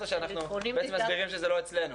או שאנחנו תכף מסבירים שזה לא אצלנו?